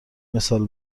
مثال